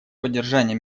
поддержания